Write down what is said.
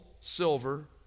silver